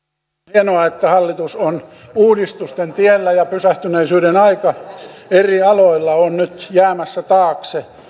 hienoa että hallitus on uudistusten tiellä ja pysähtyneisyyden aika eri aloilla on nyt jäämässä taakse